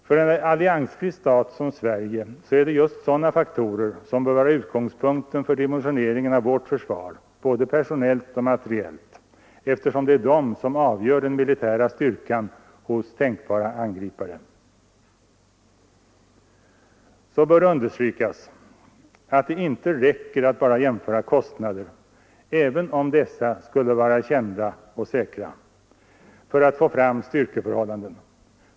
För en alliansfri stat som Sverige är det just sådana faktorer som bör vara utgångspunkten för dimensioneringen av försvaret, både personellt och materiellt, eftersom det är de som avgör den militära styrkan hos tänkbara angripare. Så bör det understrykas att det inte räcker att bara jämföra kostnader — även om dessa skulle vara kända och säkra — för att få fram styrkeförhållanden.